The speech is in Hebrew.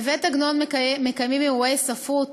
בבית-עגנון מקיימים אירועי ספרות,